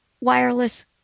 wireless